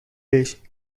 race